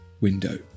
window